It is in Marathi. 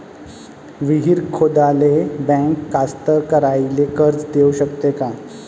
विहीर खोदाले बँक कास्तकाराइले कर्ज देऊ शकते का?